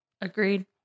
Agreed